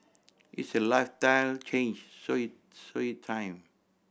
it's a lifestyle change so it so it time